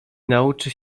nauczy